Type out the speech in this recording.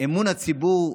אמון הציבור,